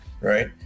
right